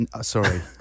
Sorry